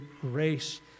grace